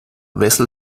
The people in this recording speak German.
wessel